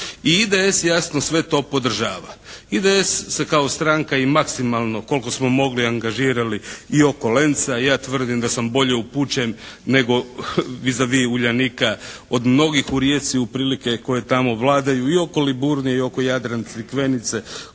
I IDS jasno sve to podržava. IDS se kao stranka maksimalno koliko smo mogli angažirali i oko Lenca i ja tvrdim da sam bolje upućen, vis a vis Uljanika od mnogih u Rijeci koji tamo vladaju i oko Liburnije, i oko Jadran Crikvenice